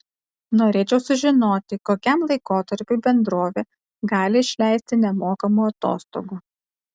norėčiau sužinoti kokiam laikotarpiui bendrovė gali išleisti nemokamų atostogų